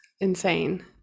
insane